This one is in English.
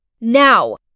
Now